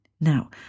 Now